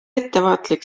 ettevaatlik